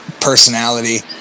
personality